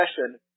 session